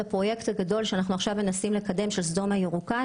אנחנו מנסים לקדם את הפרויקט "סדום הירוקה",